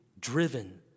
driven